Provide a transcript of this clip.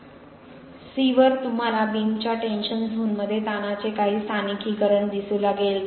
C वर तुम्हाला बीमच्या टेंशन झोनमध्ये ताणाचे काही स्थानिकीकरण दिसू लागेल